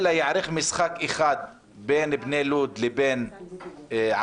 אלא ייערך משחק אחד בין בני לוד לבין עפולה,